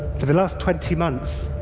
for the last twenty months,